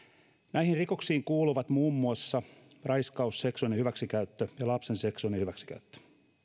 näihin rikoksiin kuuluvat muun muassa raiskaus seksuaalinen hyväksikäyttö ja lapsen seksuaalinen hyväksikäyttö